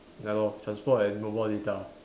ya lor transport and mobile data